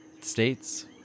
states